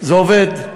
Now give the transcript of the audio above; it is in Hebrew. זה עובד.